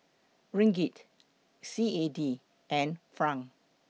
Ringgit C A D and Franc